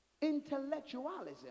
intellectualism